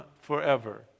forever